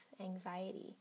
anxiety